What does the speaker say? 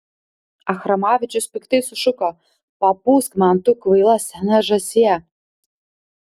achramavičius piktai sušuko papūsk man tu kvaila sena žąsie